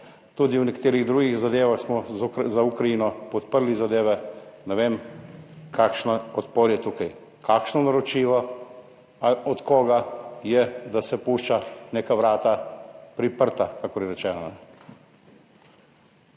Tudi v nekaterih drugih zadevah smo za Ukrajino podprli zadeve, ne vem kakšen odpor je tukaj, kakšno naročilo ali od koga je, da se pušča neka vrata priprta, kakor je rečeno.